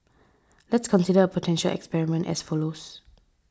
let's consider a potential experiment as follows